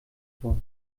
vor